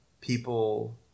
People